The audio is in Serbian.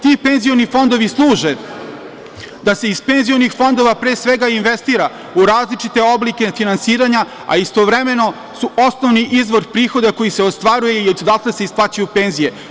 Ti penzioni fondovi služe da se iz penzionih fondova, pre svega, investira u različite oblike finansiranja, a istovremeno su osnovni izvor prihoda koji se ostvaruje i odakle se isplaćuju penzije.